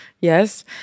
yes